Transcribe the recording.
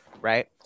right